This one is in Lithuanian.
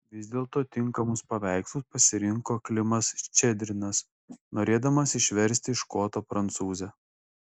vis dėlto tinkamus paveikslus pasirinko klimas ščedrinas norėdamas išversti iš koto prancūzę